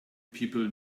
people